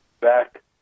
back